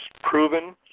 proven